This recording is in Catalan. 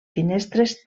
finestres